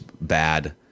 bad